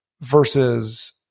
versus